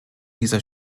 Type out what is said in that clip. dieser